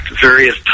various